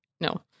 No